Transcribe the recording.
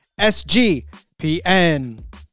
SGPN